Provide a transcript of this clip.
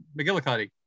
McGillicuddy